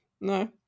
no